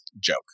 joke